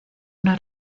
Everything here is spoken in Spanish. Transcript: una